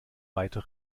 weiter